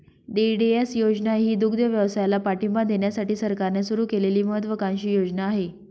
DEDS योजना ही दुग्धव्यवसायाला पाठिंबा देण्यासाठी सरकारने सुरू केलेली महत्त्वाकांक्षी योजना आहे